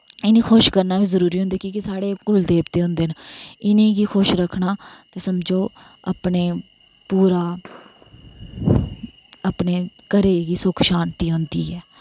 इनें खुश करना बी जरूरी होंदा कि के साढ़े कुल देवते होंदे न इनें गी खुश रक्खना समझो अपने पूरा अपने घरै गी सुख शांति औंदी ऐ